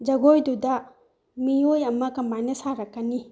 ꯖꯒꯣꯏꯗꯨꯗ ꯃꯤꯑꯣꯏ ꯑꯃ ꯀꯃꯥꯏꯅ ꯁꯥꯔꯛꯀꯅꯤ